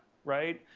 right?